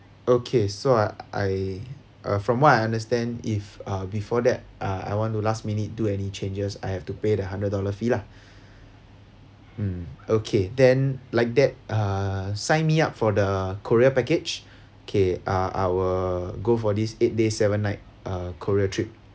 okay so uh I uh from what I understand if uh before that uh I want to last minute do any changes I have to pay the hundred dollar fee lah mm okay then like that uh sign me up for the korea package okay uh I will go for this eight day seven night uh korea trip